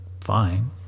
fine